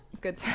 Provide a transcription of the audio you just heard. Good